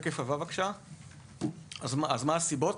מה הסיבות?